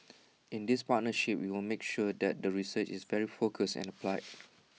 in this partnership we will make sure that the research is very focused and applied